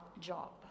job